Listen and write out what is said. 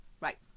right